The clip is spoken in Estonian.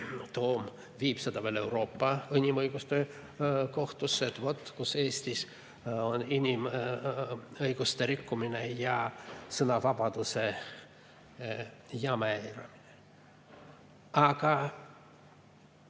Toom viib selle veel Euroopa Inimõiguste Kohtusse, et vot kus Eestis on inimõiguste rikkumine ja sõnavabaduse jäme eiramine. Aga